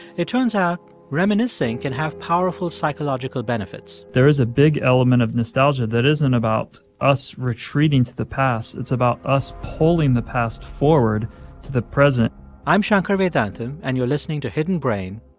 it turns out reminiscing can have powerful psychological benefits there is a big element of nostalgia that isn't about us retreating to the past. it's about us pulling the past forward to the present i'm shankar vedantam, and you're listening to hidden brain.